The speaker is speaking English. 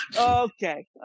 Okay